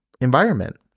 environment